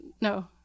no